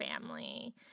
family